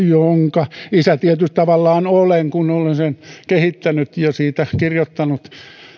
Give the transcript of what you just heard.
jonka isä tietysti tavallaan olen kun olen sen kehittänyt ja siitä kirjoittanut